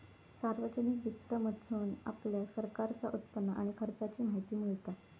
सार्वजनिक वित्त मधसून आपल्याक सरकारचा उत्पन्न आणि खर्चाची माहिती मिळता